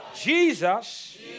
Jesus